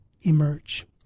emerge